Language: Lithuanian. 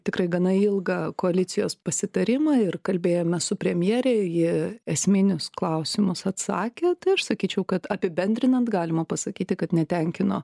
tikrai gana ilgą koalicijos pasitarimą ir kalbėjome su premjere ji esminius klausimus atsakė tai aš sakyčiau kad apibendrinant galima pasakyti kad netenkino